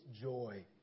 joy